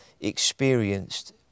experienced